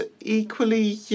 equally